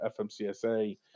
FMCSA